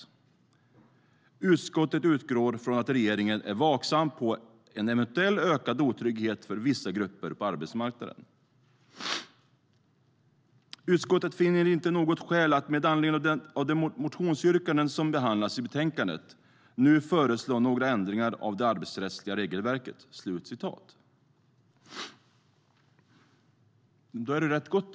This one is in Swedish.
Utskottet utgår från att regeringen är vaksam på en eventuell ökad otrygghet för vissa grupper på arbetsmarknaden. "Då är läget alltså rätt gott.